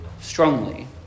strongly